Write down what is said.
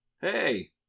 Hey